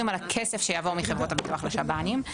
על הכסף שיעבור מחברות הביטוח לשב"נים,